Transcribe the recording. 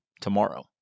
tomorrow